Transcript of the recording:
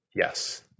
Yes